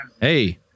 Hey